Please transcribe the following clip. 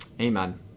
Amen